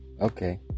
okay